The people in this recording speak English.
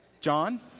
John